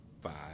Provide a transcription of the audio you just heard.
five